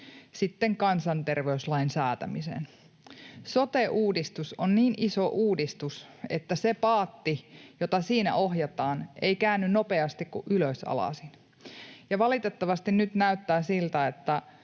sitten kansanterveyslain säätämisen. Sote-uudistus on niin iso uudistus, että se paatti, jota siinä ohjataan, ei käänny nopeasti kuin ylösalaisin. Valitettavasti nyt näyttää siltä, että